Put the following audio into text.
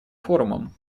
форумом